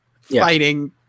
fighting